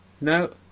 No